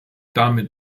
damit